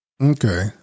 Okay